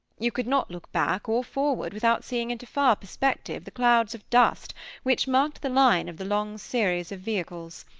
you could not look back or forward, without seeing into far perspective the clouds of dust which marked the line of the long series of vehicles.